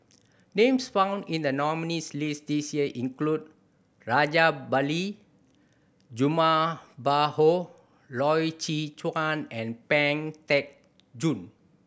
names found in the nominees' list this year include Rajabali Jumabhoy Loy Chye Chuan and Pang Teck Joon